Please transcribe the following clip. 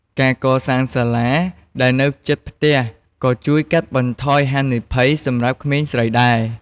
ការកសាងសាលារៀនដែលនៅជិតផ្ទះក៏ជួយកាត់បន្ថយហានិភ័យសម្រាប់ក្មេងស្រីដែរ។